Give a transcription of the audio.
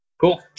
Cool